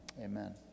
amen